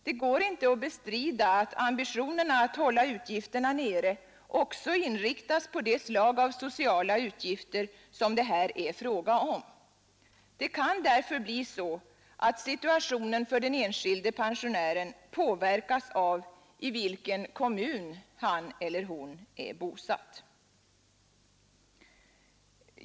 Det går inte att bestrida att ambitionerna att hålla utgifterna nere också inriktas på det slag av sociala utgifter som det här är fråga om. Det kan därför bli så, att situationen för den enskilde pensionären påverkas av i vilken kommun han eller hon är bosatt.